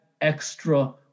extra